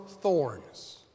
thorns